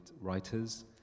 writers